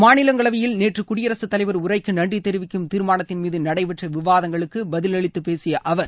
மாநிலங்க்ளவையில் நேற்று குடியரகத் தலைவர் உரைக்கு நன்றி தெரிவிக்கும் தீர்மானத்தின் மீது நடைபெற்ற விவாதங்களுக்கு பதிலளித்து பேசிய அவர்